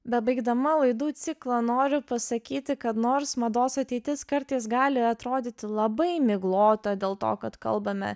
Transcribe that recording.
bebaigdama laidų ciklą noriu pasakyti kad nors mados ateitis kartais gali atrodyti labai miglota dėl to kad kalbame